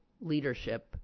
leadership